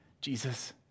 Jesus